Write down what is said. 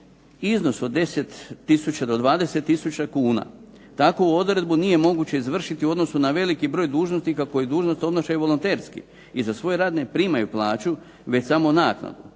iznos od 10 tisuća do 20 tisuća kuna. Takovu odredbu nije moguće izvršiti u odnosu na veliki broj dužnosnika koji dužnost obnašaju volonterski i za svoj rad ne primaju plaću već samo naknadu